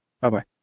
Bye-bye